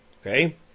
Okay